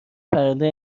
پرنده